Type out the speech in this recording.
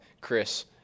chris